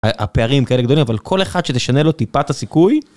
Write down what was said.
הפערים כאלה גדולים, אבל כל אחד שזה שנשנה לו טיפה את הסיכוי.